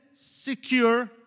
secure